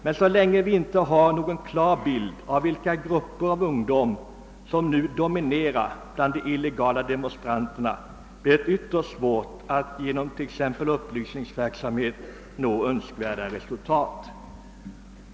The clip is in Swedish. Men så länge vi inte har någon klar bild av vilka grupper av ungdomar som nu dominerar bland de illegala demonstranterna blir det ytterst svårt att genom t.ex. upplysningsverksamhet nå önskvärda resultat.